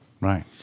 Right